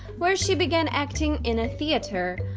where she began acting in a theatre,